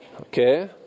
Okay